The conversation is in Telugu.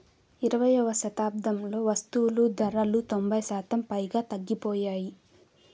ఇరవైయవ శతాబ్దంలో వస్తువులు ధరలు తొంభై శాతం పైగా తగ్గిపోయాయి